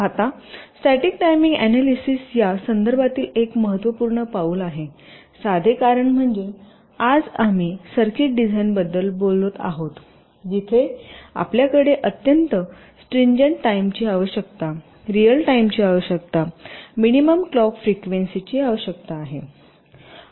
आता static timing analysis या संदर्भातील एक महत्त्वपूर्ण पाऊल आहे साधे कारण म्हणजे आज आम्ही सर्किट डिझाइनबद्दल बोलत आहोत जिथे आपल्याकडे अत्यंत स्ट्रींजन्ट टाईमची आवश्यकता रिअल टाईमची आवश्यकता मिनिमम क्लॉक फ्रिक्वेन्सी ची आवश्यकता असते